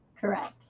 Correct